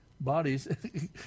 bodies